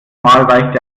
weicht